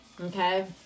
okay